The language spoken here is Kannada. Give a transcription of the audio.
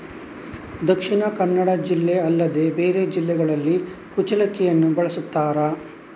ದಕ್ಷಿಣ ಕನ್ನಡ ಜಿಲ್ಲೆ ಅಲ್ಲದೆ ಬೇರೆ ಜಿಲ್ಲೆಗಳಲ್ಲಿ ಕುಚ್ಚಲಕ್ಕಿಯನ್ನು ಬೆಳೆಸುತ್ತಾರಾ?